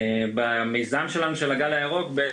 במיזם ׳הגל הירוק׳ שהקמנו,